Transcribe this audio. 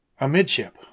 Amidship